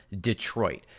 Detroit